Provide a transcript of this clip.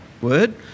word